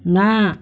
ନା